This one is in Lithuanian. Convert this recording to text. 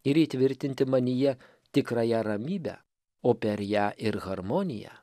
ir įtvirtinti manyje tikrąją ramybę o per ją ir harmoniją